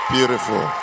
Beautiful